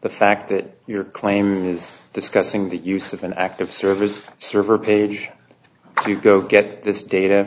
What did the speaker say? the fact that your claim is discussing the use of an active service server page to go get this data